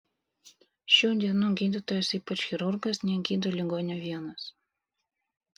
šių dienų gydytojas ypač chirurgas negydo ligonio vienas